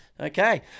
Okay